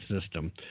system